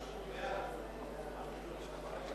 פירוט בנוגע לעסקה במסמך חסר),